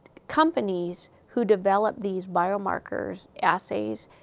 companies who develop these biomarker assays,